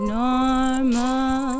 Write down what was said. normal